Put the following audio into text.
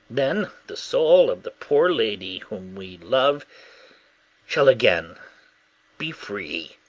then the soul of the poor lady whom we love shall again be free.